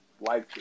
life